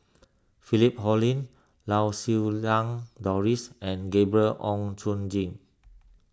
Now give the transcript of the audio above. Philip Hoalim Lau Siew Lang Doris and Gabriel Oon Chong Jin